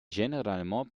généralement